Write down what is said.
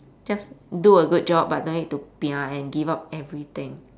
just do a good job but don't need to pia and give up everything